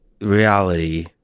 reality